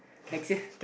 like